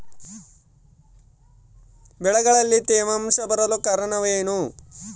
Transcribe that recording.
ಬೆಳೆಗಳಲ್ಲಿ ತೇವಾಂಶ ಬರಲು ಕಾರಣ ಏನು?